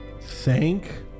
thank